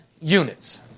units